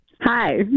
Hi